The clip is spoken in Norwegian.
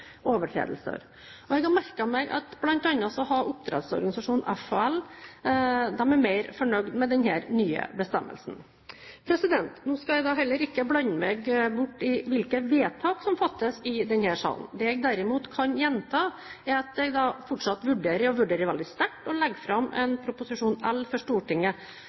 Jeg har merket meg at bl.a. oppdrettsorganisasjonen FHL er mer fornøyd med denne nye bestemmelsen. Nå skal jeg da heller ikke blande meg borti hvilke vedtak som fattes i denne salen. Det jeg derimot kan gjenta, er at jeg fortsatt vurderer, og vurderer veldig sterkt, å legge fram en Prop. L for Stortinget,